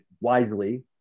wisely